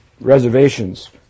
reservations